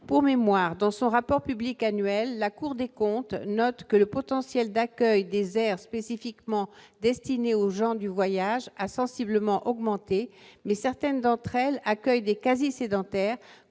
Pour mémoire, dans son rapport public annuel, la Cour des comptes relève :« le potentiel d'accueil des aires spécifiquement destinées aux gens du voyage a sensiblement augmenté, mais certaines d'entre elles accueillent des quasi sédentaires,